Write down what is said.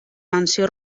mansió